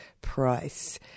price